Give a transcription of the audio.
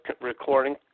recording